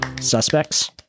Suspects